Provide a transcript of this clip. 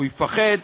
הוא יפחד,